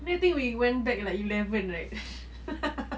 and think we went back like eleven right